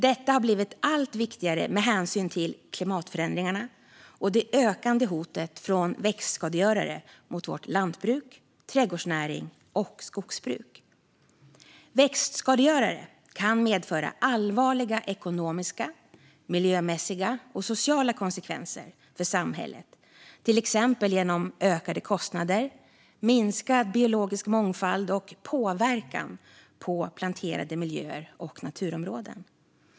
Detta har blivit allt viktigare med hänsyn till klimatförändringarna och det ökande hotet från växtskadegörare mot vårt lantbruk, vår trädgårdsnäring och vårt skogsbruk. Växtskadegörare kan medföra allvarliga ekonomiska, miljömässiga och sociala konsekvenser för samhället, till exempel genom ökade kostnader, minskad biologisk mångfald och påverkan på planterade miljöer och naturområden.